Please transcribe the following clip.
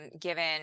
given